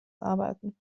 arbeiten